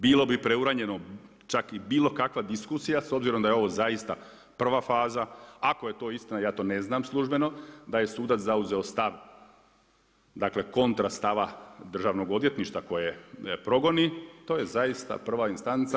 Bilo bi preuranjeno čak i bilo kakva diskusija s obzirom da je ovo zaista prva faza, ako je to istina, ja to ne znam službeno da je sudac zauzeo stav, dakle kontra stava državnog odvjetništva koje progoni, to je zaista prva istanca.